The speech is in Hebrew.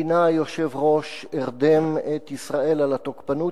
גינה היושב-ראש ארדם את ישראל על התוקפנות